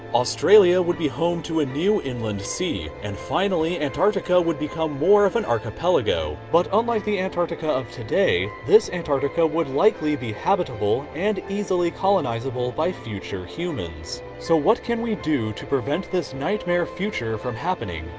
australia would be home to a new inland sea. and finally, antarctica would become more of an archipelago. but unlike the antarctica of today, this antarctica would likely be habitable and easily colonize-able by future humans. so what can we do to prevent this nightmare future from happening?